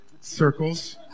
circles